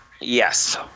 Yes